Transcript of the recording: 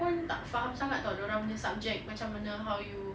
pun tak faham sangat dorang [tau] dorang punya subject macam mana how you